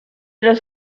los